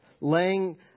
laying